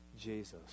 Jesus